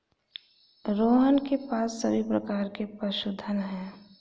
रोहन के पास सभी प्रकार के पशुधन है